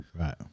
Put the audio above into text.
Right